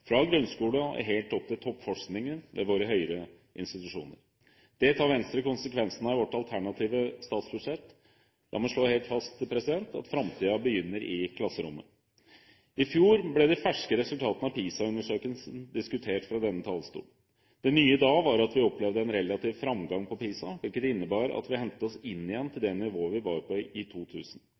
fra grunnskole og helt opp til toppforskningen ved våre høyere institusjoner. Det tar Venstre konsekvensen av i sitt alternative statsbudsjett. La meg slå det helt fast: Framtiden begynner i klasserommet. I fjor ble de ferske resultatene av PISA-undersøkelsen diskutert fra denne talerstol. Det nye da var at vi opplevde en relativ framgang på PISA-målingen, hvilket innebar at vi hentet oss inn igjen til det nivået vi var på i 2000.